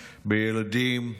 בילדים,